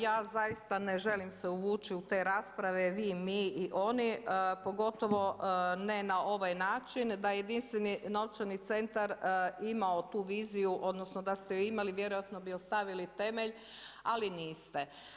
Ja zaista ne želim se uvući u te rasprave, vi, mi i oni, pogotovo ne na ovaj način, da je jedinstveni novčani centar imao tu viziju odnosno da ste je imali, vjerojatno bi ostavili temelj, ali niste.